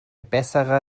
bessere